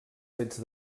fets